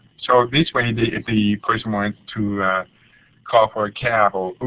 so this way and if the person wants to call for a cab